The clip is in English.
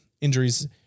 injuries